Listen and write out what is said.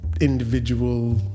individual